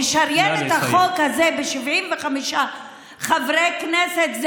לשריין את החוק הזה ב-75 חברי כנסת, נא לסיים.